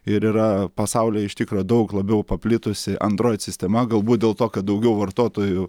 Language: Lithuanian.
ir yra pasauly iš tikro daug labiau paplitusi android sistema galbūt dėl to kad daugiau vartotojų